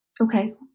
okay